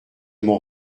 m’en